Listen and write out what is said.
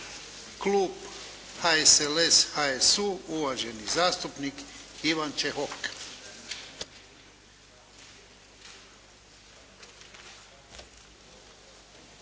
klub HSLS, HSU, uvaženi zastupnik Ivan Čehok.